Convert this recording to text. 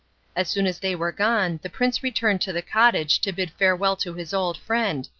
as soon as they were gone the prince returned to the cottage to bid farewell to his old friend,